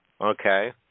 okay